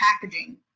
packaging